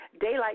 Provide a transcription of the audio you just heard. daylight